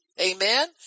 Amen